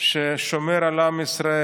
שתגיעי לדוכן.